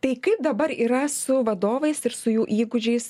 tai kaip dabar yra su vadovais ir su jų įgūdžiais